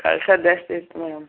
ಕೆಲಸ ಜಾಸ್ತಿಯಿತ್ತು ಮೇಡಮ್